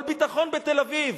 אבל ביטחון בתל-אביב?